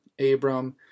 Abram